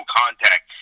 contact